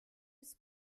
ist